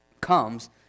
comes